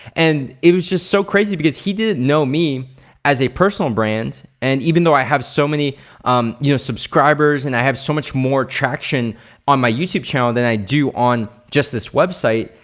and it was just so crazy because he didn't know me as a personal brand and even though i have so many um you know subscribers and i have so much more traction on my youtube channel then i do on just this website,